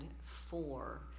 four